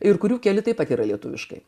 ir kurių keli taip pat yra lietuviškai